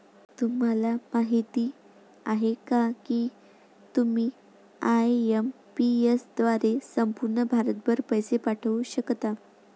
तुम्हाला माहिती आहे का की तुम्ही आय.एम.पी.एस द्वारे संपूर्ण भारतभर पैसे पाठवू शकता